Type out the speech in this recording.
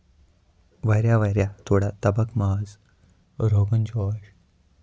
واریاہ واریاہ تھوڑا تَبکھ ماز روگن جوش